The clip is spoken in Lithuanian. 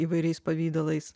įvairiais pavidalais